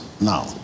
now